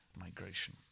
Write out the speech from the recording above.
migration